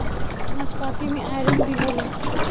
नाशपाती में आयरन भी होला